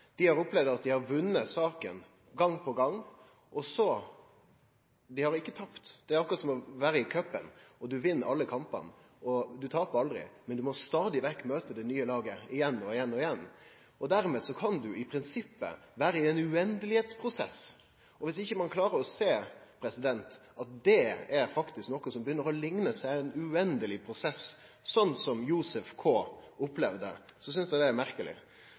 Dei har opplevd at dei har vunne saka – gong på gong. Dei har ikkje tapt. Det er akkurat som å vere i cupen – du vinn alle kampane, og du taper aldri, men du må stadig vekk møte det nye laget igjen og igjen og igjen. Dermed kan du i prinsippet vere i ein uendeleg prosess. Viss ein ikkje klarer å sjå at det faktisk er noko som begynner likne ein uendeleg prosess – sånn som Josef K. opplevde – synest eg det er merkeleg.